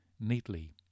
neatly